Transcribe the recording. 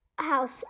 house